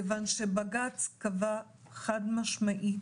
כיוון שבג"ץ קבע חד-משמעית,